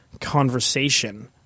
conversation